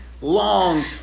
long